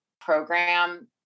program